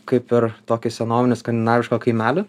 kaip ir tokį senovinį skandinavišką kaimelį